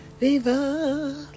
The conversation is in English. Viva